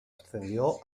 ascendió